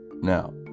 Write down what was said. Now